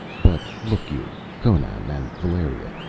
but look you, conan and valeria,